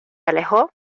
alejó